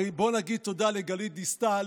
הרי בואו נגיד תודה לגלית דיסטל,